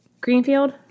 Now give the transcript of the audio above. Greenfield